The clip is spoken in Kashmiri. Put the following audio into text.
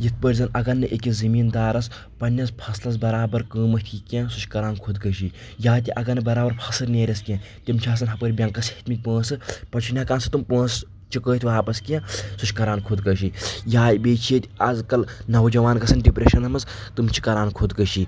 یِتھ پٲٹھۍ زن اگر نہٕ أکِس زٔمیٖندارَس پَنٕنِس فصلس برابر قۭمَتھ ییٚہِ کینٛہہ سُہ چھُ کران خُدکَشی یا تہِ اگر نہٕ برابر فصٕل نیرِیٚس کینٛہہ تِمۍ چھِ آسان ہپٲرۍ بیٚنٛکَس ہیٚتمٕتۍ پونٛسہٕ پتہٕ چھُ نہٕ ہؠکان سُہ تِم پونٛسہٕ چُکٲیِتھ واپس کیٚنٛہہ سُہ چھُ کران خُٕدکَشی یا بیٚیہِ چھِ ییٚتہِ آز کٕل نوجوان گژھان ڈِپریشَنَن منٛز تِم چھِ کران خُدکَشی